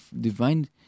divine